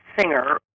singer